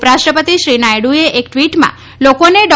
ઉપરાષ્ટ્રપતિ શ્રી નાયડુએ એક ટ્વીટમાં લોકોને ડૉ